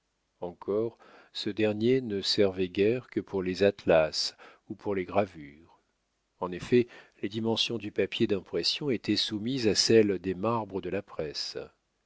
encore ce dernier ne servait-il guère que pour les atlas ou pour les gravures en effet les dimensions du papier d'impression étaient soumises à celles des marbres de la presse